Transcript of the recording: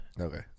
okay